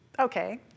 Okay